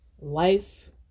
life